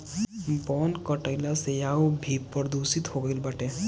वन कटला से वायु भी प्रदूषित हो गईल बाटे